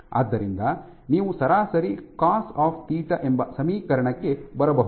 ಆದ್ದರಿಂದ ನೀವು ಸರಾಸರಿ ಕಾಸ್ ಆಫ್ ಥೀಟಾ ಎಂಬ ಸಮೀಕರಣಕ್ಕೆ ಬರಬಹುದು